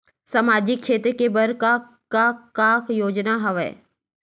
सामाजिक क्षेत्र के बर का का योजना हवय?